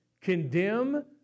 condemn